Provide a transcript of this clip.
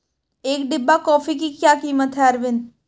एक डिब्बा कॉफी की क्या कीमत है अरविंद?